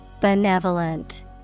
Benevolent